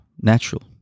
natural